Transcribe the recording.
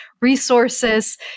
resources